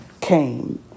came